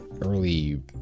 early